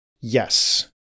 Yes